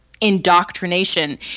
indoctrination